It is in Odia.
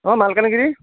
ହଁ ମାଲକାନଗିରି